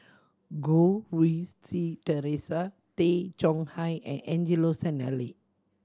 Goh Rui Si Theresa Tay Chong Hai and Angelo Sanelli